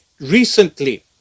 recently